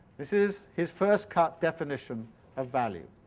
this is his first cut definition ah value.